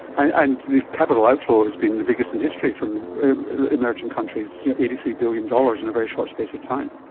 and the capital outflow has been the biggest in history from emerging countries, eighty three billion dollars in a very short space of time.